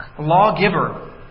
lawgiver